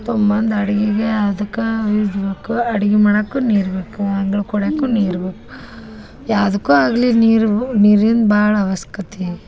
ತಗೊಂಬಂದು ಅಡ್ಗೆಗೆ ಅದ್ಕೆ ಯೂಸ್ ಬೇಕು ಅಡ್ಗೆ ಮಾಡಕ್ಕೂ ನೀರು ಬೇಕು ಅಂಗ್ಳಕ್ಕೆ ಹೊಡಿಯಕು ನೀರು ಬೇಕು ಯಾವ್ದಕ್ಕೂ ಆಗಲಿ ನೀರು ನೀರಿಂದು ಭಾಳ ಅವಸ್ಕತೆ